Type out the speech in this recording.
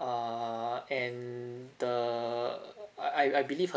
err and err I I I believe her